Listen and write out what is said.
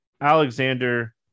alexander